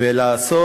ולעשות